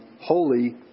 holy